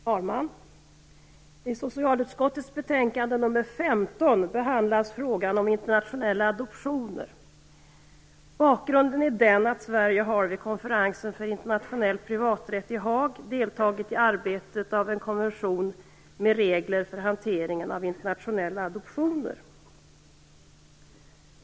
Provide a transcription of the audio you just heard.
Fru talman! I socialutskottets betänkande nr 15 behandlas frågan om internationella adoptioner. Bakgrunden är att Sverige vid konferensen för internationell privaträtt i Haag har deltagit i utarbetandet av en konvention med regler för hanteringen av internationella adoptioner.